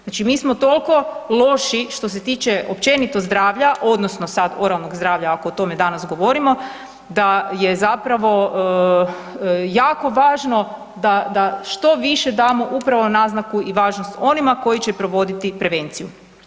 Znači, mi smo tolko loši što se tiče općenito zdravlja odnosno sad oralnog zdravlja ako o tome danas govorimo, da je zapravo jako važno da što više damo upravo naznaku i važnost onima koji će provoditi prevenciju.